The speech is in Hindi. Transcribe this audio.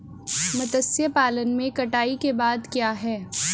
मत्स्य पालन में कटाई के बाद क्या है?